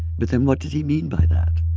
but then what did he mean by that?